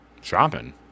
Shopping